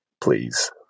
Please